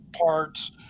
parts